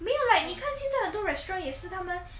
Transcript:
没有 like 你看现在很多 restaurant 也是他们